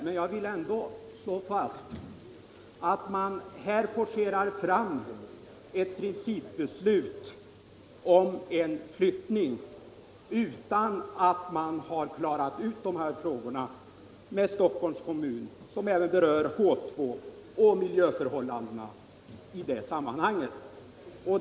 Men jag vill ändå slå fast att man här forcerar fram ett principbeslut om en flyttning utan att man har klarat ut de här frågorna med Stockholms kommun, och det är frågor som även berör H 2 och miljöförhållandena i det sammanhanget.